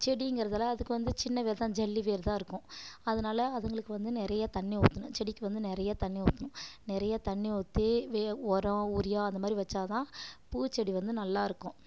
செடிங்கிறதால அதுக்கு வந்து சின்ன வேர் தான் ஜல்லி வேர்தான் இருக்கும் அதுனால அதுங்களுக்கு வந்து நிறைய தண்ணி ஊற்றணும் செடிக்கு வந்து நிறைய தண்ணி ஊற்றணும் நிறைய தண்ணி ஊற்றி உரம் யூரியா அந்தமாதிரி வச்சால்தான் பூச்செடி வந்து நல்லாயிருக்கும்